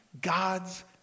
God's